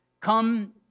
come